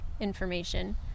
information